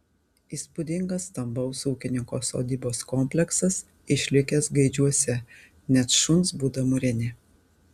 įspūdingas stambaus ūkininko sodybos kompleksas išlikęs gaidžiuose net šuns būda mūrinė